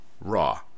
Raw